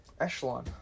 Echelon